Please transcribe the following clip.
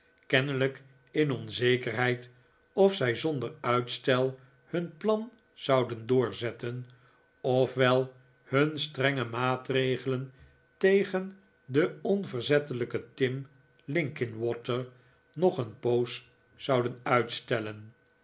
kennelijk in onzekerheid of zij zonder uitstel hun plan zouden doorzetten of wel hun strenge maatregelen tegen den onverzettelijken tim linkinwater nog een poos zouden uitstellen